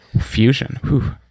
Fusion